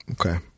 okay